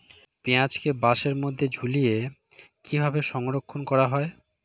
পেঁয়াজকে বাসের মধ্যে ঝুলিয়ে কিভাবে সংরক্ষণ করা হয়?